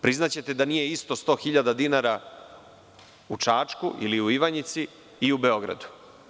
Priznaćete da nije isto 100 hiljada dinara u Čačku ili u Ivanjici i u Beogradu.